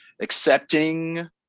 accepting